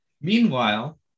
meanwhile